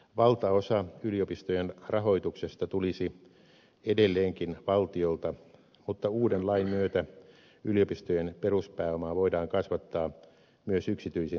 valtaosa yliopistojen rahoituksesta tulisi edelleenkin valtiolta mutta uuden lain myötä yliopistojen peruspääomaa voidaan kasvattaa myös yksityisin lahjoituksin